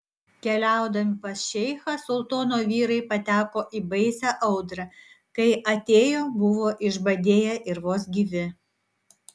keliaudami pas šeichą sultono vyrai pateko į baisią audrą kai atėjo buvo išbadėję ir vos gyvi